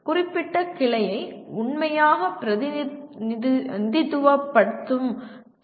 குறிப்பிட்ட கிளையை உண்மையாக பிரதிநிதித்துவப்படுத்தும் பி